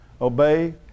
Obey